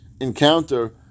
encounter